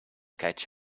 catch